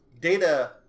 data